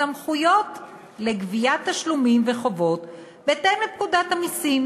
סמכויות לגביית תשלומים וחובות בהתאם לפקודת המסים,